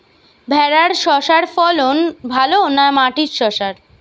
ভেরার শশার ফলন ভালো না মাটির শশার?